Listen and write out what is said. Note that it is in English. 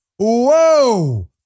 Whoa